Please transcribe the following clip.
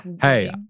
Hey